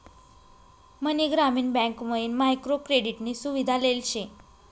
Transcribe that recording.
मनी ग्रामीण बँक मयीन micro credit नी सुविधा लेल शे